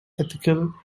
ethical